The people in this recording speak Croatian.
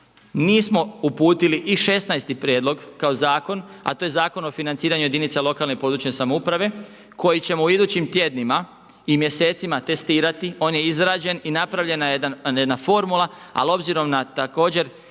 nismo uputili i šesnaesti prijedlog kao zakon, a to je Zakon o financiranju jedinice lokalne i područne samouprave koji ćemo u idućim tjednima i mjesecima testirati, on je izrađen i napravljena je jedna formula. Ali obzirom na također